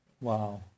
Wow